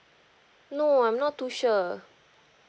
no I'm not too sure